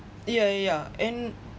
yeah yeah and